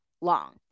long